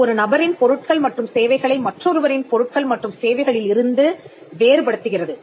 இது ஒரு நபரின் பொருட்கள் மற்றும் சேவைகளை மற்றொருவரின் பொருட்கள் மட்டும் சேவைகளிலிருந்து வேறுபடுத்துகிறது